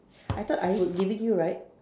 I thought I would giving you right